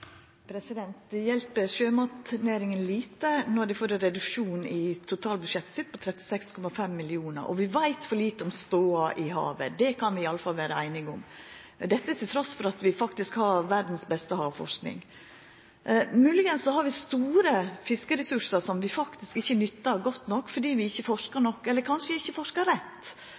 Det hjelper sjømatnæringa lite når dei får ein reduksjon i totalbudsjettet sitt på 36,5 mill. kr. Og vi veit for lite om stoda i havet, det kan vi iallfall vera einige om – dette trass i at vi har verdas beste havforsking. Kan hende har vi store fiskeressursar som vi faktisk ikkje nyttar godt nok fordi vi ikkje forskar nok, eller kanskje vi ikkje forskar rett.